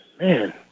man